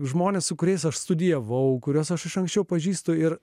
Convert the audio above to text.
žmones su kuriais aš studijavau kuriuos aš anksčiau pažįstu ir